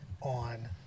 on